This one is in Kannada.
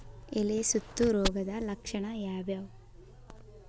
ಎಲೆ ಸುತ್ತು ರೋಗದ ಲಕ್ಷಣ ಯಾವ್ಯಾವ್?